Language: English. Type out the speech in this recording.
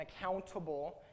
accountable